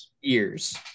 years